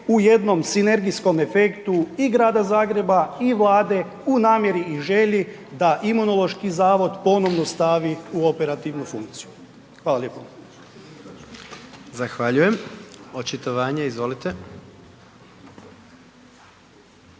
u jednom sinergijskom efektu i Grada Zagreba i Vlade u namjeri i želji da Imunološki zavod ponovno stavi u operativnu funkciju. Hvala lijepo. **Jandroković, Gordan